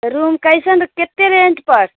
room कैसन कते रेंटपर